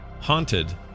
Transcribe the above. Haunted